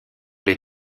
les